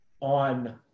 on